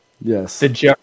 Yes